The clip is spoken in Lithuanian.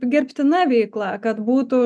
gerbtina veikla kad būtų